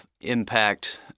impact